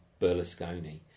Berlusconi